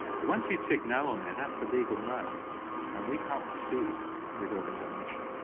but once you tick no on there, that's a legal no and we can't proceed with organ donation,